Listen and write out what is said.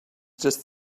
just